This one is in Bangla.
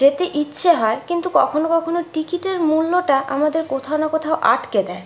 যেতে ইচ্ছে হয় কিন্তু কখনও কখনও টিকিটের মূল্যটা আমাদের কোথাও না কোথাও আটকে দেয়